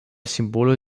simbolo